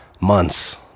months